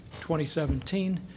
2017